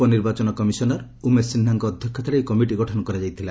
ଉପନିର୍ବାଚନ କମିଶନର ଉମେଶ ସିହ୍ରାଙ୍କ ଅଧ୍ୟକ୍ଷତାରେ ଏହି କମିଟି ଗଠନ କରାଯାଇଥିଲା